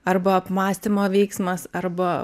arba apmąstymo veiksmas arba